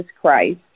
Christ